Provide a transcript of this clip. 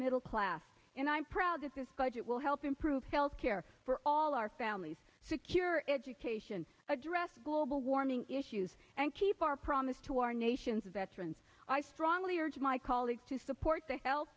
middle class and i'm proud that this budget will help improve health care for all our families secure education address global warming issues and keep our promise to our nation's veterans i strongly urge my colleagues to support the he